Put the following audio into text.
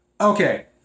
Okay